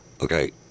Okay